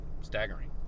staggering